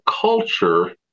culture